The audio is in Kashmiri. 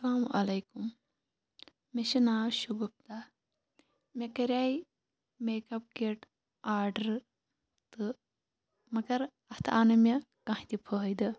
اَسَلام وعلیکُم مےٚ چھُ ناو شُگُفتا مےٚ کَریے میک اَپ کِٹ آڈر تہٕ مگر اتھ آو نہٕ مےٚ کانٛہہ تہِ فٲیدٕ